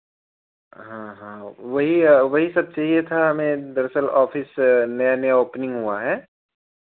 हाँ हाँ वही वही सब चाहिए था हमें दरअसल ऑफिस नया नया ऑपनिंग हुआ है